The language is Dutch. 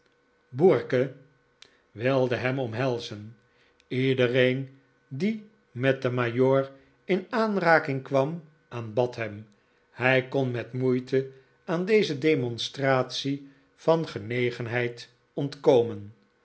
burcke wilde hem omhelzen iedereen die met den majoor in aanraking kwam aanbad hem hij kon met moeite aan deze demonstratie van genegenheid ontkomen